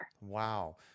Wow